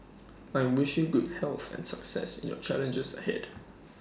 I wish you good health and success in your challenges ahead